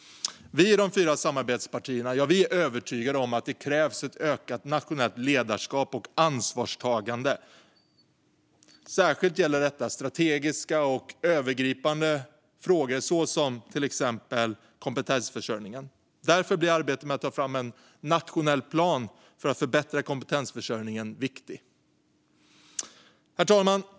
Vi i de fyra samarbetspartierna är övertygade om att det krävs ett ökat nationellt ledarskap och ansvarstagande. Särskilt gäller detta strategiska och övergripande uppgifter såsom kompetensförsörjning. Därför blir arbetet med att ta fram en nationell plan för att förbättra kompetensförsörjningen viktigt. Herr talman!